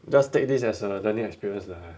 just take this as a learning experience lah